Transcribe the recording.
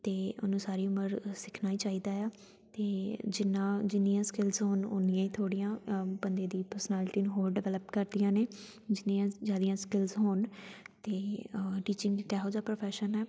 ਅਤੇ ਉਹਨੂੰ ਸਾਰੀ ਉਮਰ ਸਿੱਖਣਾ ਹੀ ਚਾਹੀਦਾ ਆ ਅਤੇ ਜਿੰਨਾ ਜਿੰਨੀਆਂ ਸਕਿੱਲਸ ਹੋਣ ਉਨੀਆਂ ਹੀ ਥੋੜ੍ਹੀਆਂ ਬੰਦੇ ਦੀ ਪਰਸਨੈਲਿਟੀ ਨੂੰ ਹੋਰ ਡਿਵੈਲਪ ਕਰਦੀਆਂ ਨੇ ਜਿੰਨੀਆਂ ਜ਼ਿਆਦਾ ਸਕਿੱਲਸ ਹੋਣ ਤੇ ਟੀਚਿੰਗ ਇੱਕ ਇਹੋ ਜਿਹਾ ਪ੍ਰੋਫੈਸ਼ਨ ਹੈ